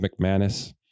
McManus